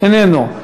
איננו.